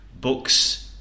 books